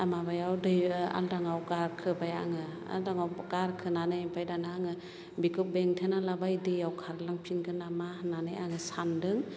माबायाव दै आलदाङाव गारखोबाय आङो आलदाङाव गारखोनानै ओमफ्राय दाना आङो बेखौ बेंथेनानै लाबाय दैयाव खारलांफिनगोन नामा होननानै आङो सानदों